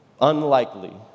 unlikely